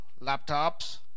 laptops